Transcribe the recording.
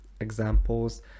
examples